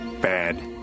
bad